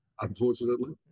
unfortunately